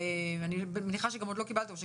אני מניחה שעוד לא קיבלתם,